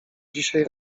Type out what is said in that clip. dzisiaj